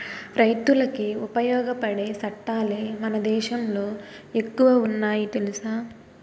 రైతులకి ఉపయోగపడే సట్టాలే మన దేశంలో ఎక్కువ ఉన్నాయి తెలుసా